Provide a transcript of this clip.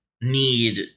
need